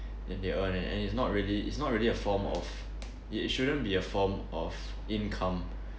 than they earn and and it's not really it's not really a form of it shouldn't be a form of income